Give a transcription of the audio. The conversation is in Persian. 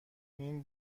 این